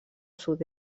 sud